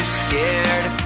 scared